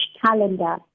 calendar